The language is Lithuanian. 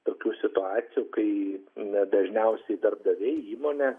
tokių situacijų kai na dažniausiai darbdaviai įmonė